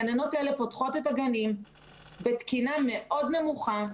הגננות האלה פותחות את הגנים בתקינה מאוד נמוכה,